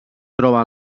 troba